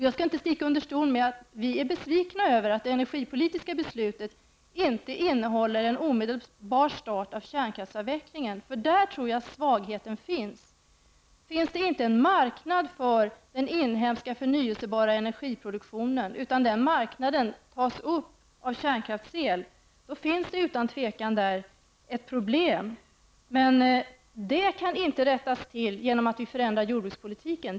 Jag skall inte sticka under stol med att vi är besvikna över att det energipolitiska beslutet inte innehåller en omedelbar start av kärnkraftsavvecklingen, och jag tror att det finns en svaghet där. Om det inte finns en marknad för den inhemska förnyelsebara energiproduktionen, utan den marknaden tas upp av kärnkraftsel, finns det utan tvivel ett problem. Men det kan inte rättas till genom att vi förändrar jordbrukspolitiken.